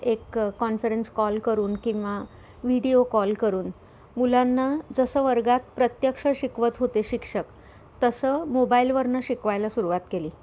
एक conference call करून किंवा व्हिडिओ कॉल करून मुलांना जसं वर्गात प्रत्यक्ष शिकवत होते शिक्षक तसं मोबाईलवरून शिकवायला सुरुवात केली